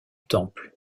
temple